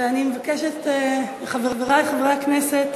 אני מבקשת מחברי חברי הכנסת